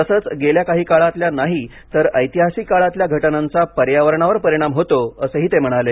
तसंच गेल्या काही काळातल्या नाही तर ऐतिहासिक काळातल्या घटनांचा पर्यावरणावर परिणाम होतो असंही ते म्हणाले